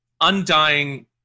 undying